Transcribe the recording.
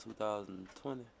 2020